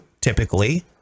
Typically